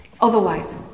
otherwise